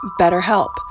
BetterHelp